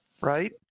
right